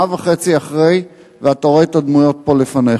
שנה וחצי אחרי, ואתה רואה את הדמויות פה לפניך.